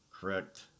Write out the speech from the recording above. correct